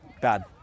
bad